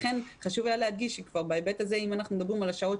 חשוב היה להדגיש שאם אנחנו מדברים על השעות